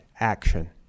action